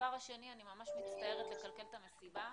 הדבר השני - אני ממש מצטערת לקלקל את המסיבה.